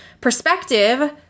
Perspective